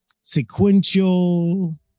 sequential